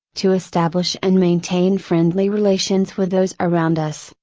to establish and maintain friendly relations with those around us,